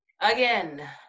Again